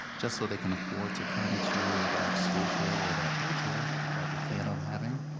just so they can afford to come to the after school care or that daycare that we plan on having?